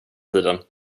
tiden